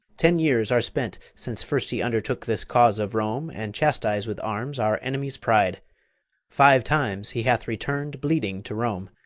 ten years are spent since first he undertook this cause of rome, and chastised with arms our enemies' pride five times he hath return'd bleeding to rome,